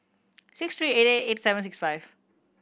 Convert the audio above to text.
six three eight eight eight seven six five